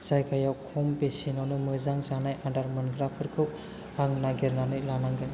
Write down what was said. जायगायाव खम बेसेनावनो मोजां जानाय आदार मोनग्रा फोरखौ आं नागिरनानै लानांगोन